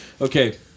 Okay